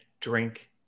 drink